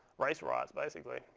race riots basically.